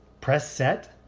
press set.